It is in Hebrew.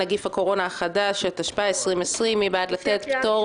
ערב טוב, אני פותחת את הדיון של ועדת הכנסת.